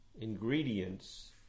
ingredients